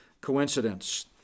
coincidence